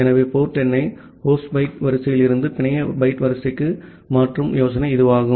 ஆகவே போர்ட் எண்ணை host byte வரிசையில் இருந்து பிணைய பைட் வரிசைக்கு மாற்றும் யோசனை ஆகும்